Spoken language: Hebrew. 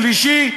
בשלישי,